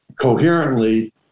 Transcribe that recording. coherently